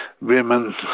Women